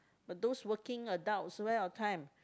but those working adults where your time